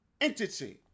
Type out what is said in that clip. entity